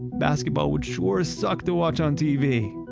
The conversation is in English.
basketball would sure suck to watch on tv.